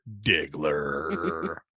diggler